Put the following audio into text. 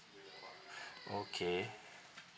okay